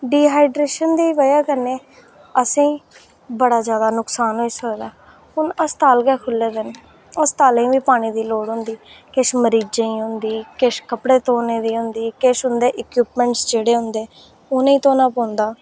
dehydration दी वजह् कन्नै असें ई बड़ा जैदा नुक्सान होई सकदा हून अस्पताल गै खुह्ल्ले दे न अस्पतालें ई बी पानी दी लोड़ होंदी किश मरीजें ई होंदी किश कपड़े धोने ई होंदी किश उंदे इक्यूपमैंटस जेह्ड़े होंदे उ'नें ई धोना पौंदा